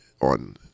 on